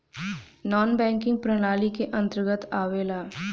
नानॅ banking प्रणाली के अंतर्गत आवेला